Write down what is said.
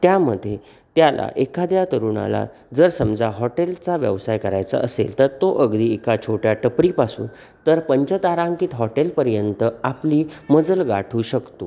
त्यामध्ये त्याला एखाद्या तरुणाला जर समजा हॉटेलचा व्यवसाय करायचा असेल तर तो अगदी एका छोट्या टपरीपासून तर पंचतारांकित हॉटेलपर्यंत आपली मजल गाठू शकतो